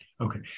Okay